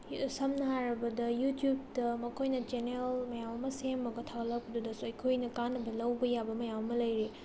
ꯁꯝꯅ ꯍꯥꯏꯔꯕꯗ ꯌꯨꯇ꯭ꯌꯨꯕꯇ ꯃꯈꯣꯏꯅ ꯆꯦꯅꯦꯜ ꯃꯌꯥꯝ ꯑꯃ ꯁꯦꯝꯂꯒ ꯊꯥꯒꯠꯂꯛꯄꯗꯨꯗꯁꯨ ꯑꯩꯈꯣꯏꯅ ꯀꯥꯟꯅꯕ ꯂꯧꯕ ꯌꯥꯕ ꯃꯌꯥꯝ ꯑꯃ ꯂꯩꯔꯤ